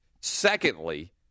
Secondly